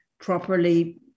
properly